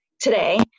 today